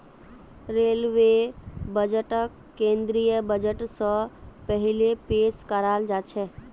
railway बजटक केंद्रीय budget स पहिले पेश कराल जाछेक